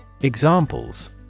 Examples